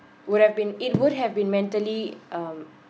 would have been it would have been mentally um